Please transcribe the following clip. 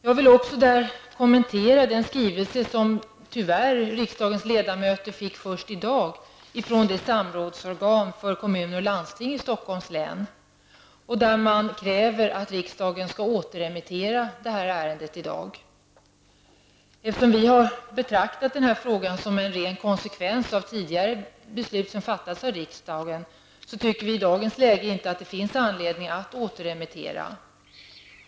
Jag vill också kommentera den skrivelse som riksdagens ledamöter tyvärr fick först i dag från samrådsorganet för kommuner och landsting i Stockholms län. I denna skrivelse krävs det att riksdagen skall återremittera ärendet i dag. Eftersom vi har betraktat den här frågan som en ren konsekvens av tidigare beslut som har fattats av riksdagen anser vi att det i dagens läge inte finns anledning att återremittera ärendet.